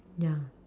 ya